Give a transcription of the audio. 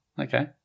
Okay